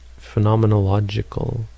phenomenological